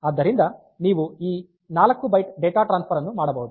ಆದ್ದರಿಂದ ನೀವು ಈ 4 ಬೈಟ್ ಡೇಟಾ ಟ್ರಾನ್ಸ್ಫರ್ ಅನ್ನು ಮಾಡಬಹುದು